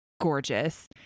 gorgeous